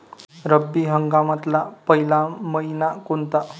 रब्बी हंगामातला पयला मइना कोनता?